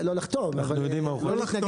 לא לחתום, אבל לא להתנגד.